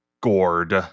gourd